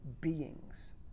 beings